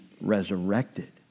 resurrected